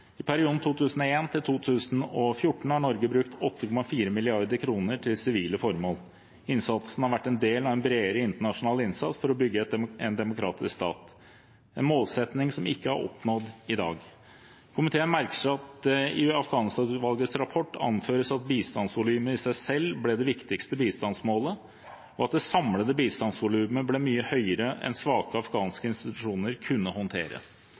i Afghanistan har vært betydelig. I perioden 2001–2014 har Norge brukt 8,4 mrd. kr til sivile formål. Innsatsen har vært en del av en bredere internasjonal innsats for å bygge en demokratisk stat, en målsetting som ikke er innfridd i dag. Komiteen merker seg at det i Afghanistan-utvalgets rapport anføres at bistandsvolumet i seg selv ble det viktigste bistandsmålet, og at det samlede bistandsvolumet ble mye høyere enn svake afghanske institusjoner kunne håndtere,